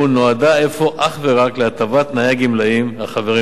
נועדה אפוא אך ורק להטבת תנאי הגמלאים החברים בו.